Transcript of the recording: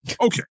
okay